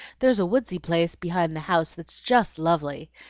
there's a woodsy place behind the house that's just lovely.